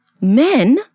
men